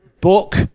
Book